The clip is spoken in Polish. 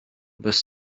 bez